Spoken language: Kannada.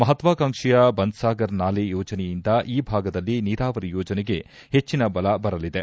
ಮಹತ್ವಾಂಕ್ಷೆಯ ಬನ್ಲಾಗರ್ ನಾಲೆ ಯೋಜನೆಯಿಂದ ಈ ಭಾಗದಲ್ಲಿ ನೀರಾವರಿ ಯೋಜನೆಗೆ ಹೆಚ್ಚಿನ ಬಲ ಬರಲಿದೆ